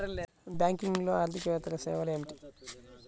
బ్యాంకింగ్లో అర్దికేతర సేవలు ఏమిటీ?